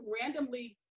randomly